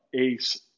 ace